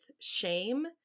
shame